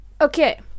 Okay